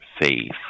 faith